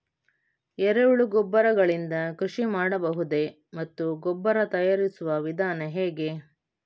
ಎರೆಹುಳು ಗೊಬ್ಬರ ಗಳಿಂದ ಕೃಷಿ ಮಾಡಬಹುದೇ ಮತ್ತು ಗೊಬ್ಬರ ತಯಾರಿಸುವ ವಿಧಾನ ಹೇಗೆ?